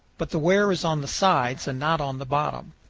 but the wear is on the sides and not on the bottom.